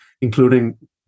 including